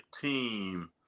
team